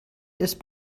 ist